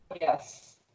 Yes